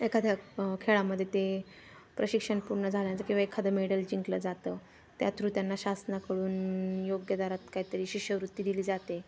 एखाद्या खेळामध्ये ते प्रशिक्षण पूर्ण झाल्यानंतर किंवा एखादं मेडल जिंकलं जातं त्या थ्रू त्यांना शासनाकडून योग्य दरात कायतरी शिष्यवृत्ती दिली जाते